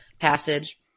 passage